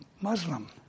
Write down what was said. Muslim